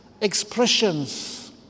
expressions